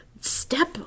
step